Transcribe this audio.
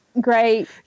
great